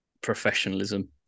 professionalism